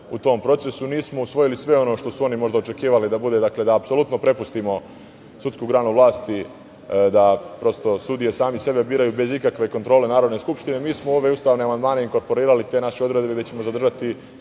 u tom procesu. Nismo usvojili sve ono što su oni možda očekivali da bude, da apsolutno prepustimo sudsku granu vlasti, da prosto sudije sami sebe biraju bez ikakve kontgrole Narodne skupštine. Mi smo u ove ustavne amandmane inkorporirali te naše odredbe gde ćemo zadržati